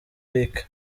rick